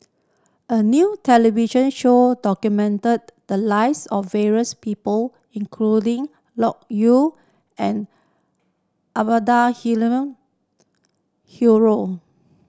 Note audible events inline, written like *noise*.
a new television show documented the lives of various people including Loke Yew and Abdul Halim *unintelligible*